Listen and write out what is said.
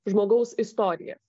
žmogaus istoriją